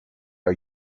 are